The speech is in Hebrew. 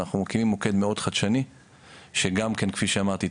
ואנחנו מקימים מוקד מאוד חדשני שגם כן כפי שאמרתי,